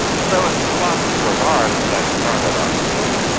so as a philosopher of art as i started out to be,